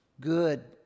good